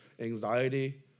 anxiety